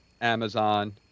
Amazon